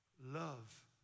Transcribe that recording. Love